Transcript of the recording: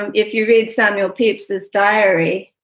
and if you read samuel papacies diary,